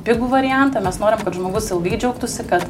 pigų variantą mes norim kad žmogus ilgai džiaugtųsi kad